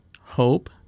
hope